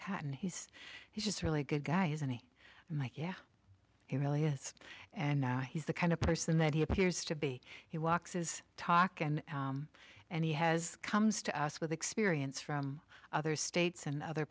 cotton he's he's just really good guy is any i'm like yeah he really is and now he's the kind of person that he appears to be he walks his talk and and he has comes to us with experience from other states and other